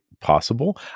possible